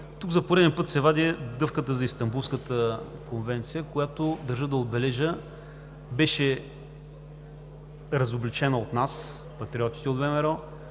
Тук за пореден път се вади дъвката за Истанбулската конвенция, която, държа да отбележа, беше разобличена от нас – Патриотите от ВМРО,